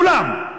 כולם.